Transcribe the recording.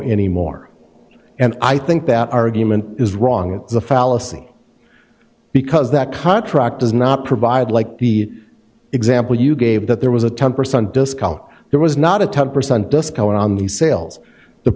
any more and i think that argument is wrong it's a fallacy because that contract does not provide like the example you gave that there was a ten percent discount there was not a ten percent discount on the sales the